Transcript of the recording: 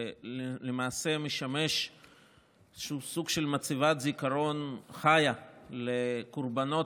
ולמעשה משמש איזה סוג של מצבת זיכרון חיה לקורבנות